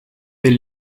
del